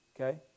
okay